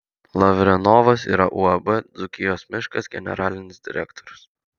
lavrenovas yra uab dzūkijos miškas generalinis direktorius